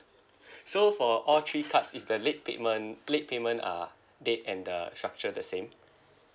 so for all three cards is the late payment late payment uh date and the structure the same